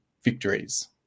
victories